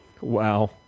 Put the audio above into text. Wow